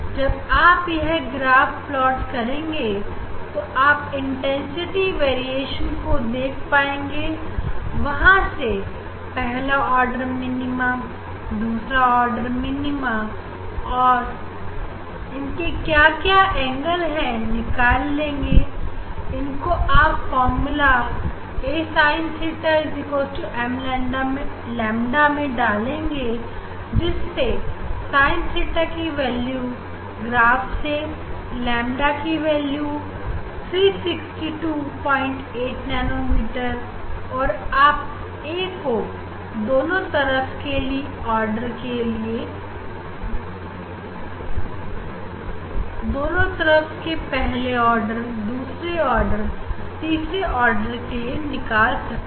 जब आप यह ग्राफ प्लॉट करेंगे तो आप इंटेंसिटी वेरिएशन को देख पाएंगे वहां से पहला आर्डर मिनीमा दूसरा आर्डर मीनिंग और इनके क्या क्या एंगल है निकाल लेंगे इनको जब आप इस formula a sin theta m lambda में डालेंगे जिसमें साइन थीटा की वैल्यू ग्राफ से और लेमदा की वैल्यू 6328nm है आप a को दोनों तरफ के पहले आर्डर दूसरे और तीसरे आर्डर के लिए निकाल सकते हैं